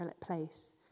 place